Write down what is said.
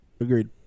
Agreed